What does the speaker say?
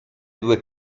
due